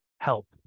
help